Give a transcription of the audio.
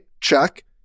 Check